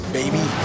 baby